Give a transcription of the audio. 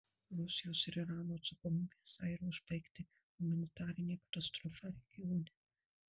rusijos ir irano atsakomybė esą yra užbaigti humanitarinę katastrofą regione